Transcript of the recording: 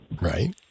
Right